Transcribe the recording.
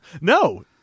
No